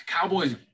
Cowboys